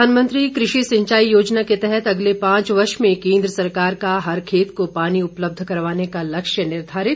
प्रधानमंत्री कृषि सिंचाई योजना के तहत अगले पांच वर्ष में केंद्र सरकार का हर खेत को पानी उपलब्ध करवाने का लक्ष्य निर्धारित